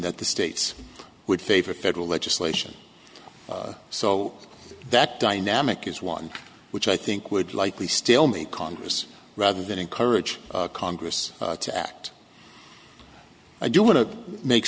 that the states would favor federal legislation so that dynamic is one which i think would likely stalemate congress rather than encourage congress to act i do want to make